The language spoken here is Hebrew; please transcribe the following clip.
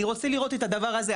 אני רוצה לראות את הדבר הזה.